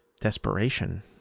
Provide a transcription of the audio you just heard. desperation